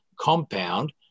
compound